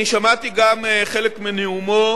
אני שמעתי גם חלק מנאומו